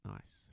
Nice